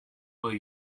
were